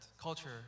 culture